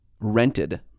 rented